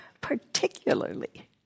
Particularly